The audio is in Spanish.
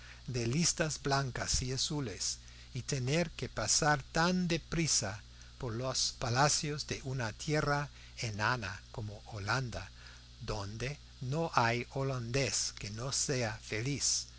de listas blancas y azules y tener que pasar tan de prisa por los palacios de una tierra enana como holanda donde no hay holandés que no sea feliz